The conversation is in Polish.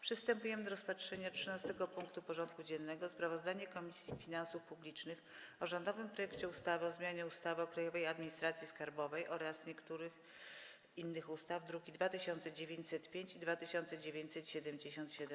Przystępujemy do rozpatrzenia punktu 13. porządku dziennego: Sprawozdanie Komisji Finansów Publicznych o rządowym projekcie ustawy o zmianie ustawy o Krajowej Administracji Skarbowej oraz niektórych innych ustaw (druki nr 2905 i 2977)